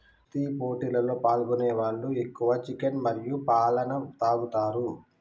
కుస్తీ పోటీలలో పాల్గొనే వాళ్ళు ఎక్కువ చికెన్ మరియు పాలన తాగుతారు